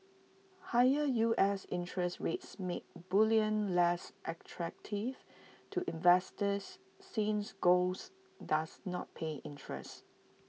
higher U S interest rates make bullion less attractive to investors since golds does not pay interest